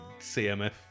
CMF